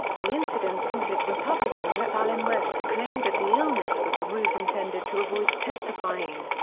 the incident prompted republican rep. allen west to claim that the illness was a ruse intended to avoid testifying.